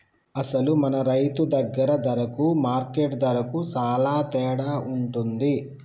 అసలు మన రైతు దగ్గర ధరకు మార్కెట్ ధరకు సాలా తేడా ఉంటుంది